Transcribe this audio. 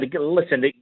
listen